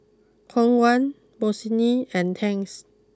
Khong Guan Bossini and Tangs